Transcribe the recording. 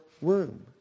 womb